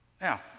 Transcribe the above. Now